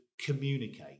communicate